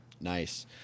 Nice